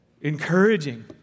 encouraging